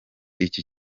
iki